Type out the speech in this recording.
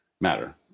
matter